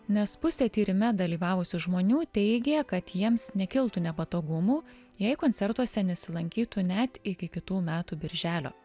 nes pusė tyrime dalyvavusių žmonių teigė kad jiems nekiltų nepatogumų jei koncertuose nesilankytų net iki kitų metų birželio